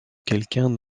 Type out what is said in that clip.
quelqu’un